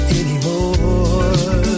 anymore